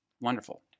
wonderful